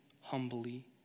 humbly